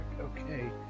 okay